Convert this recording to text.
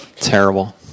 Terrible